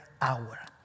hour